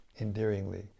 endearingly